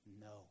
no